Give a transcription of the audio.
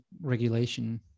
regulation